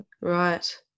Right